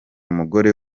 umugore